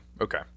Okay